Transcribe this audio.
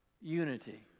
unity